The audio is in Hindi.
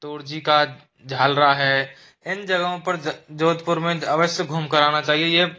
तोर जी का झालरा है इन जगहों पर जोधपुर में अवश्य घूमकर आना चाहिए